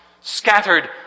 scattered